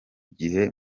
gihe